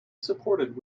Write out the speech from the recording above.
supported